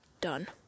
done